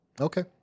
Okay